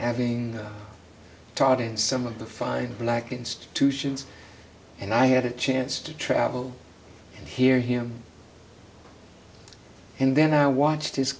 having taught in some of the five black institutions and i had a chance to travel and hear him and then i watched his